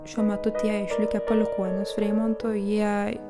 šiuo metu tie išlikę palikuonys freimonto jie